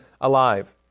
alive